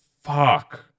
fuck